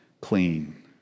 clean